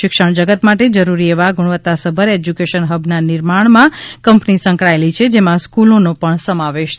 શિક્ષણ જગત માટે જરૂરી એવા ગુણવત્તાસભર એજ્યુકેશન હબના નિર્માણમાં કંપની સંકળાયેલી છે જેમાં સ્ફ્લનો પણ સમાવેશ થાય છે